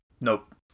nope